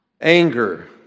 Anger